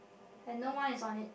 have no one is on it